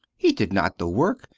he did not the work,